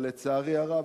אבל לצערי הרב,